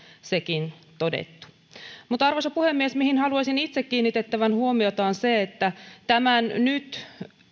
sekin todettu arvoisa puhemies se mihin haluaisin itse kiinnitettävän huomiota on se että tämän nyt